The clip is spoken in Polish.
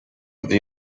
gdy